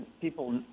people